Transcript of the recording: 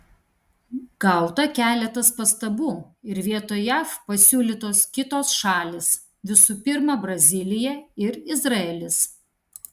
gauta keletas pastabų ir vietoj jav pasiūlytos kitos šalys visų pirma brazilija ir izraelis